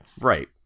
Right